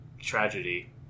tragedy